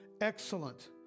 excellent